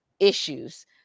Issues